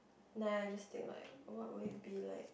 then I just think like what would it be like